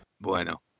Bueno